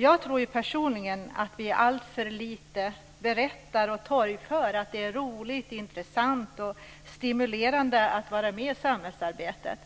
Jag tror personligen att vi alltför lite berättar och torgför att det är roligt, intressant och stimulerande att vara med i samhällsarbetet.